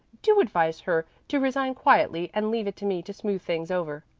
do advise her to resign quietly and leave it to me to smooth things over.